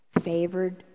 favored